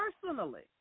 personally